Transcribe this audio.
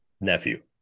nephew